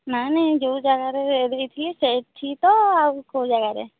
ନାଇଁ ନାଇଁ ଯୋଉ ଜାଗାରେ ଦେଇଥିଲି ସେଠି ତ ଆଉ କୋଉ ଜାଗାରେ